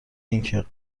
اینه